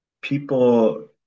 people